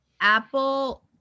apple